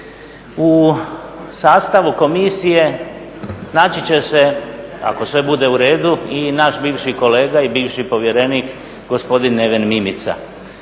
U sastavu komisije naći će se, ako sve bude u redu i naš bivši kolega i bivši povjerenik gospodin Neven Mimica.